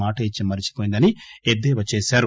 మాట ఇచ్చి మరిచిపోయిందని ఎద్దేవా చేశారు